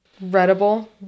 readable